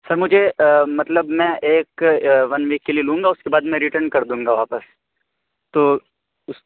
سر مجھے مطلب میں ایک ون ویک کے لیے لوں گا اُس بعد میں رٹن کر دوں گا واپس تو اُس